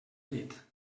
llit